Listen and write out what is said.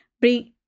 bring